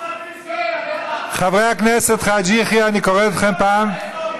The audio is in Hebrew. תחזור לסוריה, תחזור לאיראן, תחזור למצרים,